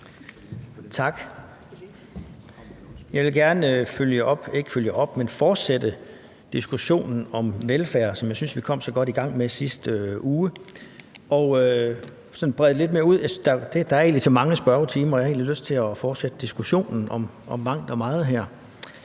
Tak. Jeg vil gerne fortsætte diskussionen om velfærd, som jeg synes vi kom så godt i gang med i sidste uge, og brede den lidt mere ud. Det er så dejligt med så mange spørgetimer, at jeg egentlig har lyst til at fortsætte diskussionen om mangt og meget her.